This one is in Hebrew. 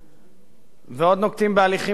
ועוד נוקטים הליכים פליליים אם צריך.